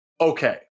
okay